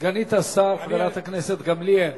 סגנית השר חברת הכנסת גמליאל.